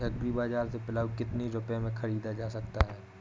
Agree बाजार से पिलाऊ कितनी रुपये में ख़रीदा जा सकता है?